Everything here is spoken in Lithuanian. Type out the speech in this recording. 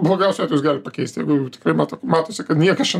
blogiausiu atveju jis gali pakeist jeigu jau tikrai mato matosi kad niekas čia